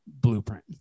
blueprint